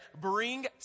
bring